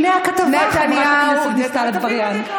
הינה הכתבה, חברת הכנסת דיסטל אטבריאן.